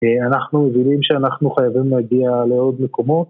אנחנו מבינים שאנחנו חייבים להגיע לעוד מקומות